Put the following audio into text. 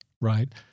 Right